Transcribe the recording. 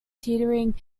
teetering